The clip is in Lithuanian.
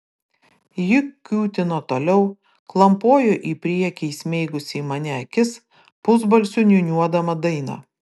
ji kiūtino toliau klampojo į priekį įsmeigusi į mane akis pusbalsiu niūniuodama dainą